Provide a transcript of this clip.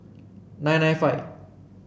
nine nine five